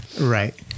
Right